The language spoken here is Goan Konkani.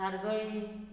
धारगळी